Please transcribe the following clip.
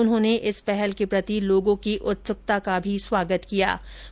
उन्होंने इस पहल के प्रति लोगों की उत्सुकता का भी स्वागत किया है